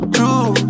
True